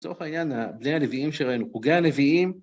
זו העניין בלי הלוויים שלנו, הוגי הלוויים.